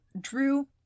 Drew